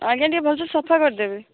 ଆଜ୍ଞା ଟିକିଏ ଭଲସେ ସଫା କରିଦେବେ